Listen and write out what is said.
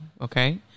okay